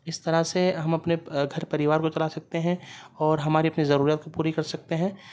اس طرح سے ہم اپنے گھر پریوار کو چلا سکتے ہیں اور ہماری اپنی ضرورت کو پوری کر سکتے ہیں